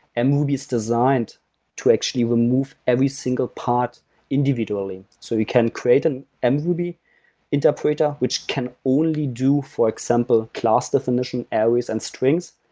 and mruby is designed to actually remove every single part individually. so you can create an and mruby interpreter, which can only do, for example, class definition, arrays and strings,